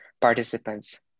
participants